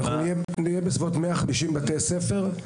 יהיו בערך 150 בתי ספר.